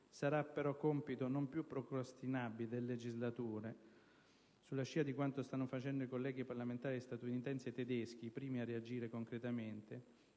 Sarà però compito non più procrastinabile del legislatore (sulla scia di quanto stanno facendo i colleghi parlamentari statunitensi e tedeschi, i primi a reagire concretamente)